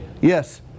Yes